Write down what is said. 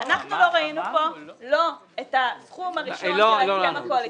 אנחנו לא ראינו פה את הסכום הראשון של ההסכם הקואליציוני,